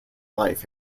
life